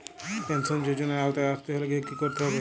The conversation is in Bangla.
পেনশন যজোনার আওতায় আসতে গেলে কি করতে হবে?